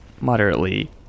moderately